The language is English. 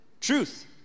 Truth